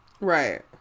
right